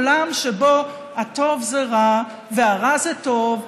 עולם שבו הטוב זה רע והרע זה טוב,